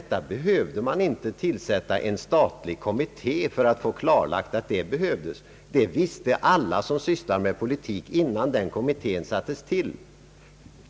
Man behövde inte tillsätta en statlig kommitté för att få klarlagt att det var nödvändigt; det visste alla som sysslar med politik redan innan utredningen sattes till.